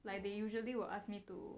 like they usually will ask me to